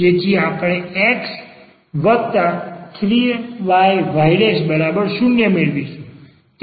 જેથી આપણે અહીં x3yy0 મેળવીશું